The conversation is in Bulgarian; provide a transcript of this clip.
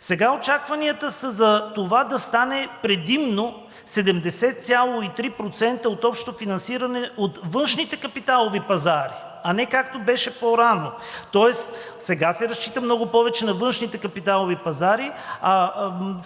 Сега очакванията са за това да стане предимно 70,3% от общото финансиране от външните капиталови пазари, а не както беше по-рано. Тоест сега се разчита много повече на външните капиталови пазари, а